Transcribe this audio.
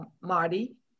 Marty